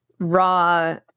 raw